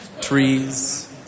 trees